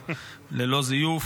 ללא זיוף,